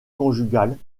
conjugales